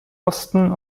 osten